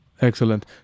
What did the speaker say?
excellent